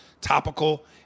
topical